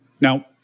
Now